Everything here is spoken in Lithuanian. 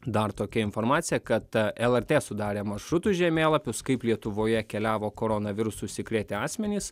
dar tokia informacija kad lrt sudarė maršrutų žemėlapius kaip lietuvoje keliavo koronavirusu užsikrėtę asmenys